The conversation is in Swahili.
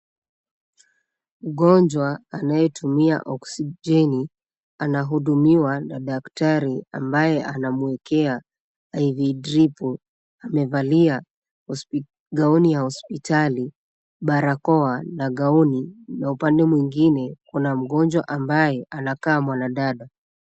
Mgonjwa anayetumia oksijeni anahudumiwa na daktari ambaye anamwekea IV dripu . Amevalia gauni ya hospitali, barakoa na gauni, na upande mwingine kuna mgonjwa ambaye anakaa mwanadada.